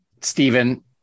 Stephen